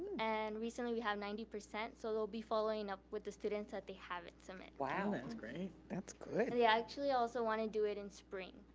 and recently we had ninety, so they'll be following up with the students that they haven't submit. wow, that's great, that's good. and they actually also wanna do it in spring,